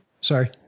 sorry